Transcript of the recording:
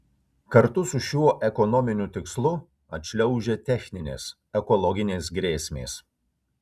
kartu su šiuo ekonominiu tikslu atšliaužia techninės ekologinės grėsmės